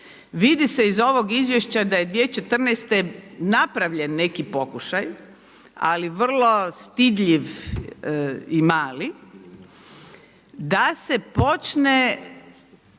Vidi se iz ovog izvješća da je 2014. napravljen neki pokušaj ali vrlo stidljiv i mali da se počne